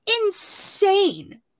insane